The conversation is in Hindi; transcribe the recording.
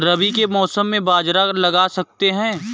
रवि के मौसम में बाजरा लगा सकते हैं?